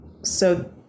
So-